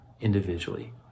individually